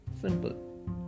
Simple